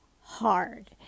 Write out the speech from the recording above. hard